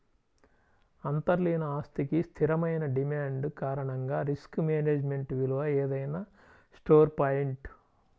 అంతర్లీన ఆస్తికి స్థిరమైన డిమాండ్ కారణంగా రిస్క్ మేనేజ్మెంట్ విలువ ఏదైనా స్టోర్ పాయింట్